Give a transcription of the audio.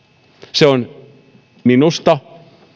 se on minusta